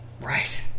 Right